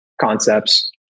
concepts